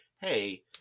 hey